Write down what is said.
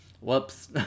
whoops